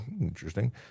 Interesting